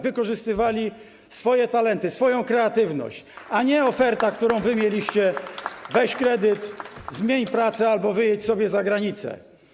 wykorzystywali swoje talenty, swoją kreatywność, a nie oferta, którą wy mieliście: weź kredyt, zmień pracę albo wyjedź sobie za granicę.